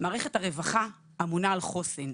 מערכת הרווחה אמונה על חוסן,